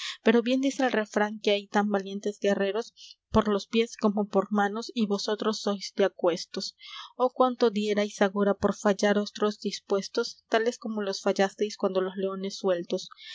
pero bien dice el refrán que hay tan valientes guerreros por los piés como por manos y vosotros sois de aquestos oh cuánto diérais agora por fallar otros dispuestos tales como los fallasteis cuando los leones sueltos